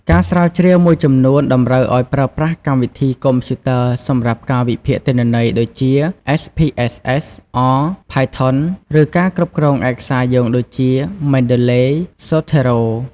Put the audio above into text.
ការស្រាវជ្រាវមួយចំនួនតម្រូវឱ្យប្រើប្រាស់កម្មវិធីកុំព្យូទ័រសម្រាប់ការវិភាគទិន្នន័យ ដូចជា អេសភីអេសអេស (SPSS) អរ (R) ផាយថុន (Python) ឬការគ្រប់គ្រងឯកសារយោងដូចជា មែនដឺឡេ (Mendeley) ស្សូថេរ៉ូ (Zotero)។